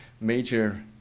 major